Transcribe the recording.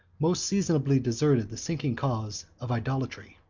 most seasonably deserted the sinking cause of idolatry.